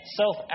self